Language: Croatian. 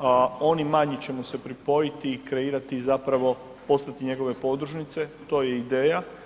a oni manji će mu se pripojiti i kreirati i zapravo postati njegove podružnice, to je ideja.